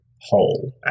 whole